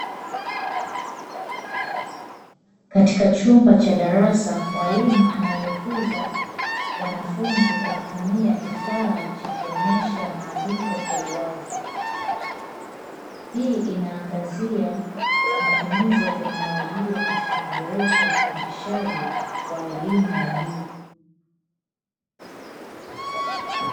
Katika chumba cha darasa, mwalimu anaelekeza wanafunzi kwa kutumia kifaa cha kuonyesha maandiko kwa uwazi. Hii inaangazia matumizi ya teknolojia katika kuboresha ufundishaji wa elimu ya juu.